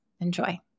Enjoy